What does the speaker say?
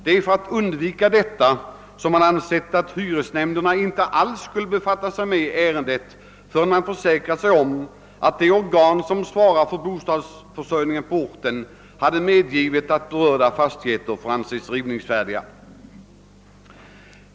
Det är för att undvika detta som man ansett att hyresnämnderna inte alls skulle befatta sig med sådana ärenden förrän de försäkrat sig om att de organ, som svarar för bostadsförsörjningen, medgivit att berörda fastigheter får anses rivningsfärdiga.